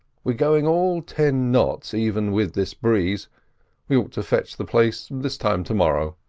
we're going all ten knots even with this breeze we ought to fetch the place this time to-morrow.